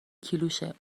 کیلوشه